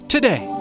Today